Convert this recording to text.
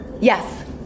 Yes